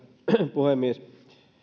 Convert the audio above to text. puhemies